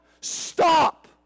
Stop